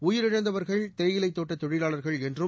உயிரிழந்தவர்கள் தேயிலைத் தோட்டத் தொழிலாளர்கள் என்றும்